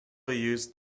used